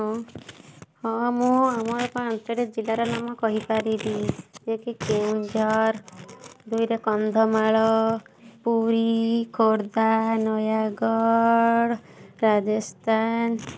ହଁ ହଁ ମୁଁ ଆମର ପାଞ୍ଚଟି ଜିଲ୍ଲାର ନାମ କହିପାରିବି ଏକେ କେଉଁଝର ଦୁଇରେ କନ୍ଧମାଳ ପୁରୀ ଖୋର୍ଦ୍ଧା ନୟାଗଡ଼ ରାଜସ୍ତାନ